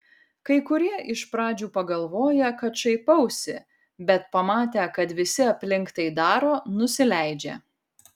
kai kurie iš pradžių pagalvoja kad šaipausi bet pamatę kad visi aplink tai daro nusileidžia